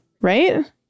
right